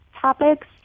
topics